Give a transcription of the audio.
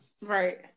right